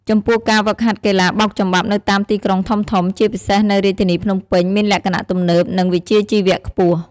ចំពោះការហ្វឹកហាត់កីឡាបោកចំបាប់នៅតាមទីក្រុងធំៗ ជាពិសេសនៅរាជធានីភ្នំពេញ មានលក្ខណៈ ទំនើប និងវិជ្ជាជីវៈខ្ពស់។